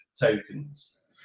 tokens